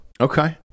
Okay